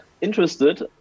interested